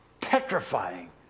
petrifying